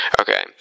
Okay